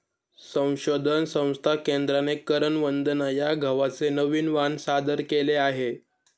संशोधन संस्था केंद्राने करण वंदना या गव्हाचे नवीन वाण सादर केले आहे